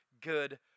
good